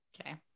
Okay